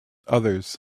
others